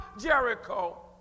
Jericho